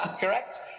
Correct